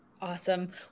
Awesome